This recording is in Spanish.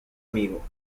amigo